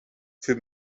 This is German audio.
für